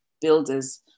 builders